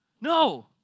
No